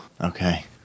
Okay